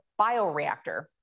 bioreactor